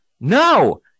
no